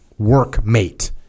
workmate